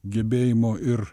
gebėjimo ir